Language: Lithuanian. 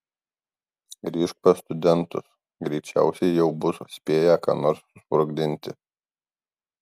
grįžk pas studentus greičiausiai jau bus spėję ką nors susprogdinti